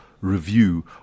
review